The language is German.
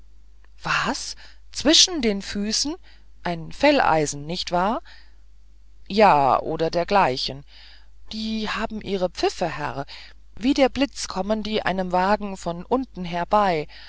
was zwischen den füßen ein felleisen nicht wahr ja oder dergleichen die haben ihre pfiffe herr wie der blitz kommen die einem wagen von unten her